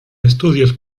estudios